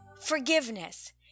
Forgiveness